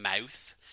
mouth